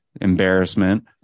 embarrassment